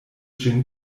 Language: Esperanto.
ĝin